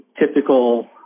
typical